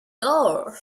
door